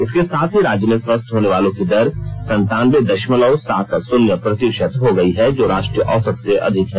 इसके साथ ही राज्य में स्वस्थ होने वालों की दर सनतानबे दशमलव सात शून्य प्रतिशत हो गई है जो राष्ट्रीय औसत से अधिक है